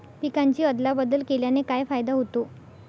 पिकांची अदला बदल केल्याने काय फायदा होतो?